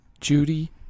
Judy